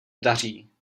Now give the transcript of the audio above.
daří